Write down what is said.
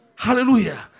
Hallelujah